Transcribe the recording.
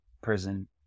prison